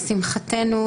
לשמחתנו,